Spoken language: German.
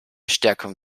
stärkung